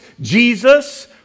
Jesus